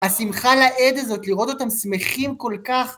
השמחה לאיד הזאת לראות אותם שמחים כל כך.